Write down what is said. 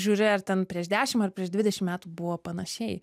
žiūri ar ten prieš dešim ar prieš dvidešim metų buvo panašiai